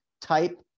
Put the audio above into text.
type